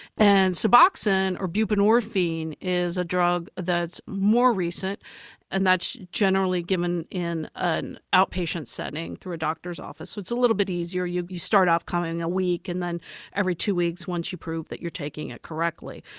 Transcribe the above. and suboxone, or buprenorphine, is a drug that's more recent and that's generally given in an out patient setting in a doctor's office, so it's a little bit easier. you you start off coming a week and then every two weeks once you prove that you're taking it correctly.